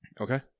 Okay